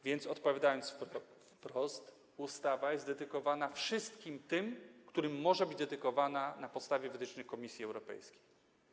Wiec odpowiadając wprost: ustawa jest dedykowana wszystkim tym, którym może być dedykowana na podstawie wytycznych Komisji Europejskiej.